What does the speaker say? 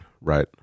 right